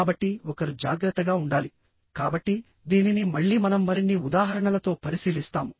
కాబట్టి ఒకరు జాగ్రత్తగా ఉండాలి కాబట్టి దీనిని మళ్ళీ మనం మరిన్ని ఉదాహరణలతో పరిశీలిస్తాము